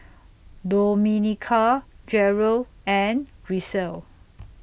Domenica Jerel and Grisel